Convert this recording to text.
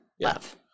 love